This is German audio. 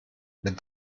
mit